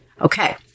Okay